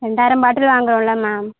ரெண்டாயிரம் பாட்டில் வாங்குகிறோம்ல மேம்